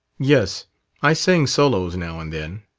yes i sang solos now and then.